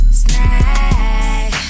snack